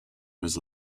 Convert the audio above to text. was